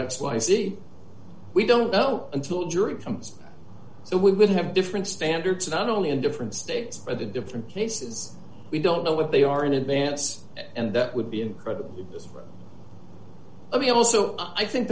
x y z we don't know until jury comes so we would have different standards not only in different states but the different cases we don't know what they are in advance and that would be incredible i mean also i think